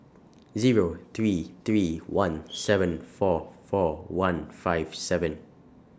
Zero three three one seven four four one five seven